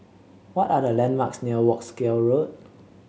what are the landmarks near Wolskel Road